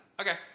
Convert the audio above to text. Okay